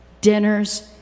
dinners